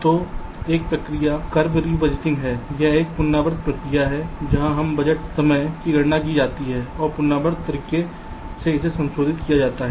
तो एक प्रक्रिया कर्वे री बजटिंग है यह एक पुनरावृत्त प्रक्रिया है जहां समय बजट की गणना की जाती है और पुनरावृत्त तरीके से इसे संशोधित किया जाता है